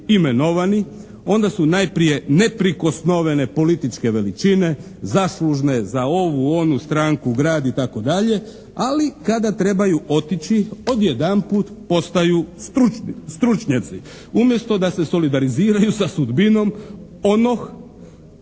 onda su najprije neprikosnovene političke veličine zaslužne za ovu, onu stranku, grad itd. ali kada trebaju otići odjedanput postaju stručnjaci umjesto da se solidariziraju sa sudbinom onog